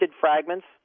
fragments